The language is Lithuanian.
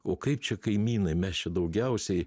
o kaip čia kaimynai mes čia daugiausiai